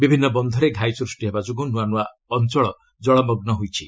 ବିଭିନ୍ନ ବନ୍ଧରେ ଘାଇ ସୃଷ୍ଟି ହେବା ଯୋଗୁଁ ନୂଆ ନୂଆ ଅଞ୍ଚଳ ଜଳମଗ୍ନ ହୋଇଛି